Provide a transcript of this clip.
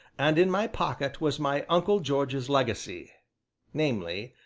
and in my pocket was my uncle george's legacy namely,